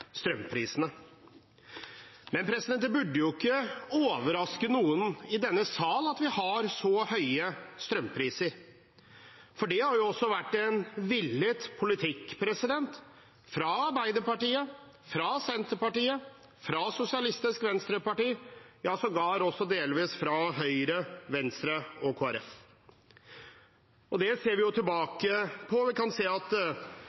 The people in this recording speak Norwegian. strømprisene. Men det burde ikke overraske noen i denne sal at vi har så høye strømpriser, for det har vært en villet politikk – fra Arbeiderpartiet, fra Senterpartiet, fra Sosialistisk Venstreparti, ja, sågar også delvis fra Høyre, Venstre og Kristelig Folkeparti. Hvis vi ser tilbake: Senterpartiet hadde jo sin uttalte ambisjon om at